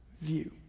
view